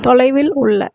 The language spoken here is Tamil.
தொலைவில் உள்ள